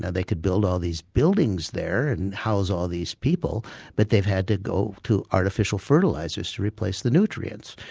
and they could build all these buildings there and house all these people but they've had to go to artificial fertilisers to replace the nutrients.